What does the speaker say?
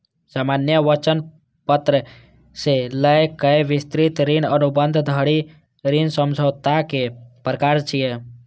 सामान्य वचन पत्र सं लए कए विस्तृत ऋण अनुबंध धरि ऋण समझौताक प्रकार छियै